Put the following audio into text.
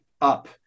up